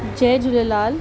Jay Jhulelal